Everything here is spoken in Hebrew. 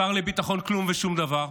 השר לביטחון כלום ושום דבר.